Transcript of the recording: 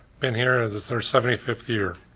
been here and it's our seventy fifth year.